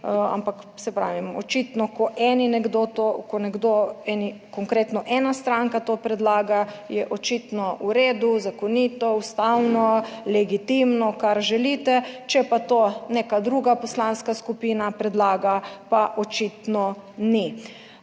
ampak saj pravim, očitno ko eni nekdo, ko nekdo eni, konkretno ena stranka to. Predlaga je očitno v redu, zakonito, ustavno legitimno, kar želite, če pa to neka druga poslanska skupina predlaga, pa očitno ni.